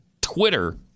Twitter